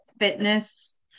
fitness